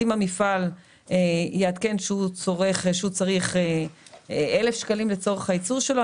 אם המפעל יעדכן שהוא צריך 1,000 שקלים לצורך הייצור שלו,